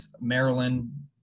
Maryland